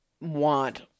want